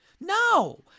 No